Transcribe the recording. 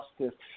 justice